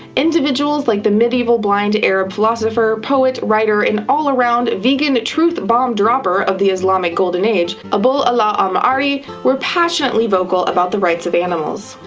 individuals like the medieval blind arab philosopher, poet, writer and all around vegan-truth-bomb-dropper of the islamic islamic golden age, abul ala al-ma'arri, were passionately vocal about the rights of animals.